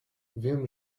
wiem